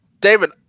David